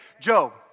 Job